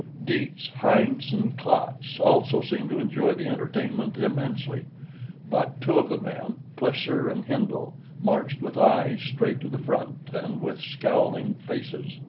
dietz, heinz, and klatz also seemed to enjoy the entertainment immensely but two of the men plesser and hindle marched with eyes straight to the front and with scowling faces.